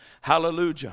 Hallelujah